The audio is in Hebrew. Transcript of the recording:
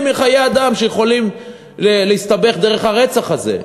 מחיי אדם שיכולים להסתבך דרך הרצח הזה.